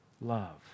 love